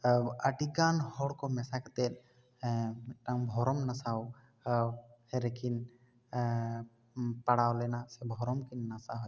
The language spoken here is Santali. ᱟᱨ ᱟᱹᱰᱤ ᱜᱟᱱ ᱦᱚᱲ ᱠᱚ ᱢᱮᱥᱟ ᱠᱟᱛᱮ ᱢᱤᱫᱴᱟᱝ ᱵᱷᱚᱨᱚᱢ ᱱᱟᱥᱟᱣ ᱨᱮᱠᱤᱱ ᱯᱟᱲᱟᱣ ᱞᱮᱱᱟ ᱥᱮ ᱵᱷᱚᱨᱚᱢ ᱠᱤᱱ ᱱᱟᱥᱟᱣ ᱚᱪᱚᱣᱟᱠᱟᱱᱟ